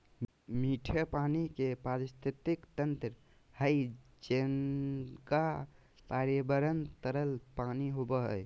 मीठे पानी के पारिस्थितिकी तंत्र हइ जिनका पर्यावरण तरल पानी होबो हइ